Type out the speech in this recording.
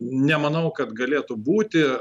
nemanau kad galėtų būti